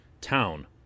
town